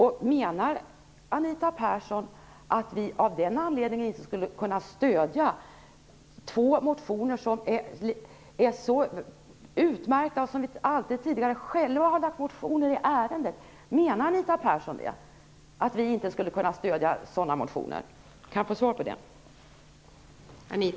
Menar Anita Persson att vi av den anledningen inte skulle kunna stödja två så utmärkta motioner, vi som alltid tidigare själva har lagt fram motioner i ärendet? Menar Anita Persson det?